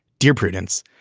dear prudence,